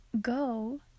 go